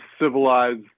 civilized